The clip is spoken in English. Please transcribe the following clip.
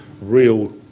real